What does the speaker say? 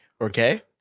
Okay